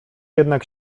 jednak